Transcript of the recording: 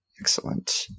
Excellent